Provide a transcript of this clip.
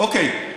אוקיי.